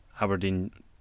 Aberdeen